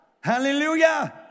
Hallelujah